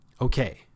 Okay